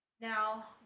Now